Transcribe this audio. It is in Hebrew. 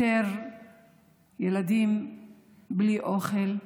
יותר ילדים בלי אוכל,